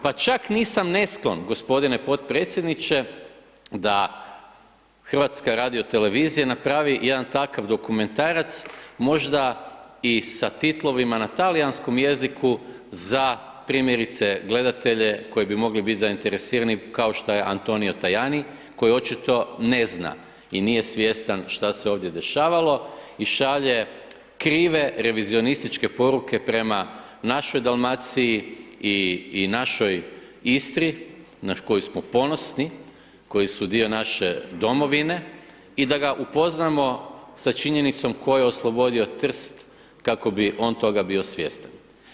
Pa čak nisam nesklon g. potpredsjedniče da HRT napravi jedan takav dokumentarac, možda i sa titlovima i na talijanskom jeziku za primjerice gledatelje koji bi mogli biti zainteresirani, kao što je Antonio Tajani, koji očito ne zna i nije svjestan što se ovdje dešavalo i šalje krive revizionističke poruke prema našoj Dalmaciji i našoj Istri, na koju smo ponosni, koji su dio naše domovine i da ga upoznamo sa činjenicom tko je oslobodio Trst kako bi on toga bio svjestan.